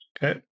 Okay